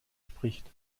spricht